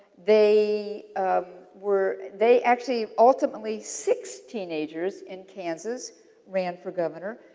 they ah were, they actually ultimately, six teenagers in kansas ran for governor.